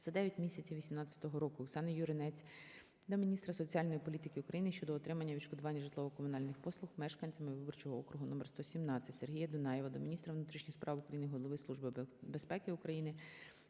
місяців 18-го року. Оксани Юринець до міністра соціальної політики України щодо отримання відшкодування житлово-комунальних послуг мешканцями виборчого округу №117. Сергія Дунаєва до міністра внутрішніх справ України, Голови Служби безпеки України,